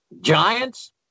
Giants